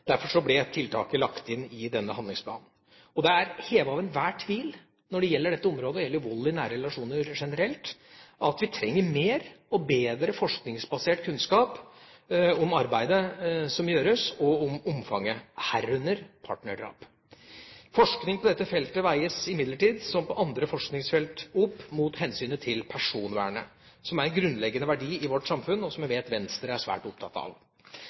Derfor ble tiltaket lagt inn i denne handlingsplanen. Det er hevet over enhver tvil at på dette området – det gjelder vold i nære relasjoner generelt – trenger vi bedre og mer forskningsbasert kunnskap om arbeidet som gjøres, og om omfanget, herunder partnerdrap. Forskning på dette feltet veies imidlertid, som på andre forskningsfelt, opp mot hensynet til personvernet, som er en grunnleggende verdi i vårt samfunn, og som vi vet Venstre er svært opptatt av.